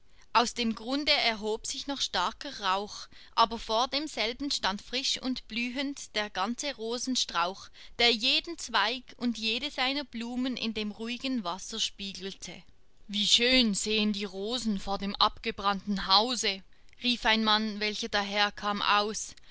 aus dem grunde erhob sich noch starker rauch aber vor demselben stand frisch und blühend der ganze rosenstrauch der jeden zweig und jede seiner blumen in dem ruhigen wasser spiegelte wie schön stehen die rosen vor dem abgebrannten hause rief ein mann welcher daherkam aus